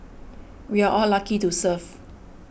we're all lucky to serve